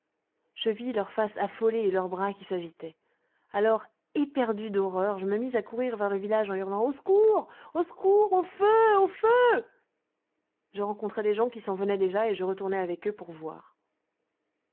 je vis leurs faces affolées et leurs bras qui s'agitaient alors éperdu d'horreur je me mis à courir vers le village en hurlant au secours au secours au feu au feu je rencontrai des gens qui s'en venaient déjà et je retournai avec eux pour voir